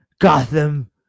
Gotham